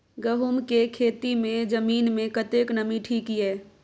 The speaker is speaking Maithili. गहूम के खेती मे जमीन मे कतेक नमी ठीक ये?